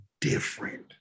different